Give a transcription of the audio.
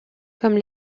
comme